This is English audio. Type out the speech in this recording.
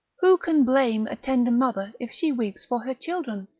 who can blame a tender mother if she weep for her children?